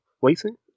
waiting